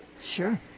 Sure